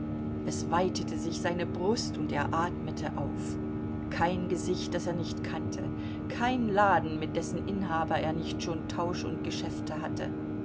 es weitete sich seine brust und er atmete auf kein gesicht das er nicht kannte kein laden mit dessen inhaber er nicht schon tausch und geschäfte hatte